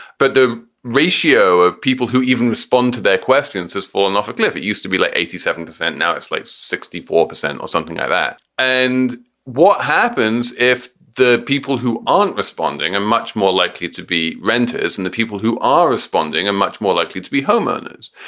but the ratio of people who even respond to their questions has fallen off a cliff. it used to be like eighty seven percent. now it's like sixty four percent or something like that. and what happens if the people who aren't responding are and much more likely to be renters and the people who are responding are much more likely to be homeowners?